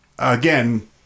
Again